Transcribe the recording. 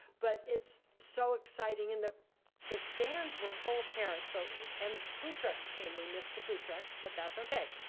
but it's so exciting. and the the stands were full of parents. so and food trucks came. we missed the food trucks, but that's okay.